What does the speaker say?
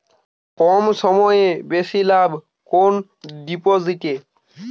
কম সময়ে বেশি লাভ কোন ডিপোজিটে?